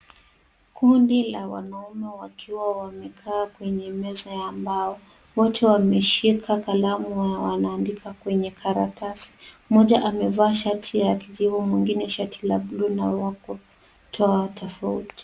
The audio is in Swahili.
Kundi la wanaume wakiwa wamekaa kwenye meza ya mbao. Wote wameshika kalamu wanaandika kwenye karatasi. Moja amevaa shati ya kijivu, mwingine shati la buluu na wako tofauti.